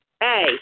hey